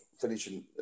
finishing